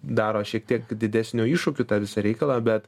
daro šiek tiek didesniu iššūkiu tą visą reikalą bet